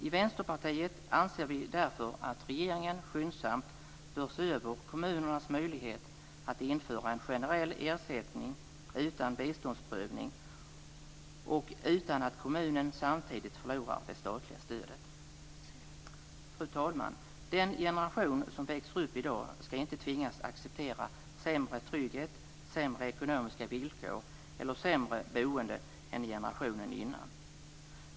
I Vänsterpartiet anser vi därför att regeringen skyndsamt bör se över kommunernas möjlighet att införa en generell ersättning utan biståndsprövning och utan att kommunen samtidigt förlorar det statliga stödet. Fru talman! Den generation som växer upp i dag skall inte tvingas acceptera sämre trygghet, sämre ekonomiska villkor eller sämre boende än generationen innan.